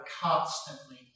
constantly